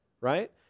right